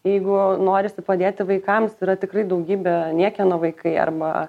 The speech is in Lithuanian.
jeigu norisi padėti vaikams yra tikrai daugybė niekieno vaikai arba